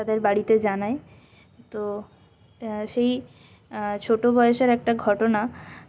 তাদের বাড়িতে জানাই তো সেই ছোটো বয়সের একটা ঘটনা